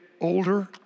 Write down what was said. older